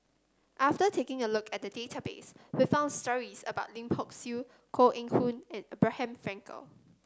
after taking a look at the database we found stories about Lim Hock Siew Koh Eng Hoon and Abraham Frankel